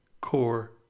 core